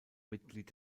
mitglied